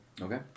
okay